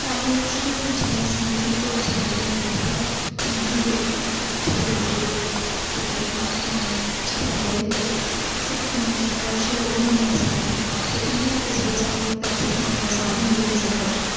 हल्ली अस शुरू दा गै निक्के निक्के चित्र बनाइयै ते दूर जेह्के बड्डे ते जां चित्रकारी करियै अस जेह्का अपना लक्ष्य ओह्बी बनाई सकने आं ते इ'या अग्गै जाइयै साढ़े पैसे बनाने दा साधन बनी सकदा